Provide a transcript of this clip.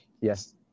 Yes